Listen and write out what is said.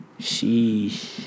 Sheesh